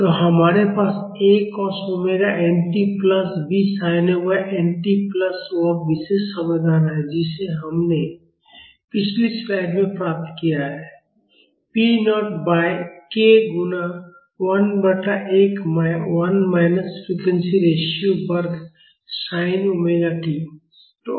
तो हमारे पास A cos omega nt plus B sin omega nt plus वह विशेष समाधान है जिसे हमने पिछली स्लाइड में प्राप्त किया है p नॉट बाय k गुणा 1 बटा 1 माइनस फ्रीक्वेंसी रेशियो वर्ग साइन ओमेगा t